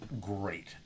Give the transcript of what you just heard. great